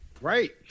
Right